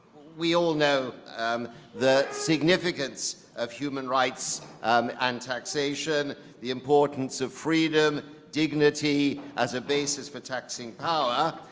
we all know um the significance of human rights um and taxation, the importance of freedom, dignity as a basis for taxing power,